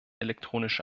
elektronische